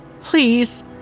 Please